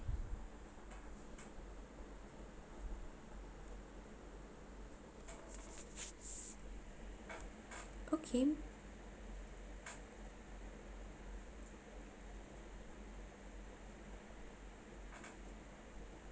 okay